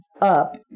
up